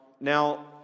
Now